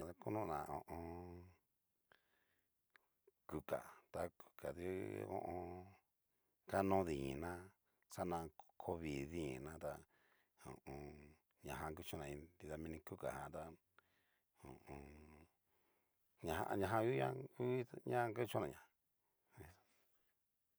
Konona ho o on. kuka du ho o on. ka no dinina xa na ko vii dinina tá ho o on. ñajan kuchon'na nrida mini kuka jan ta ho o on. ña-ña jan u- u'ña kuchonaña.